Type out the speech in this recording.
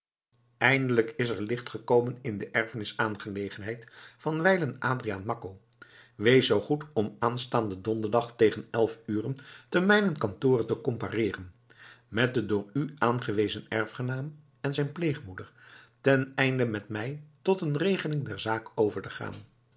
eindelijk is er licht gekomen in de erfenisaangelegenheid van wijlen adriaan makko wees zoo goed om aanstaanden donderdag tegen elf uren ten mijnen kantore te compareeren met den door u aangewezen erfgenaam en zijn pleegmoeder ten einde met mij tot een regeling der zaak over te gaan